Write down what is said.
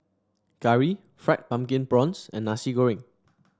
curry Fried Pumpkin Prawns and Nasi Goreng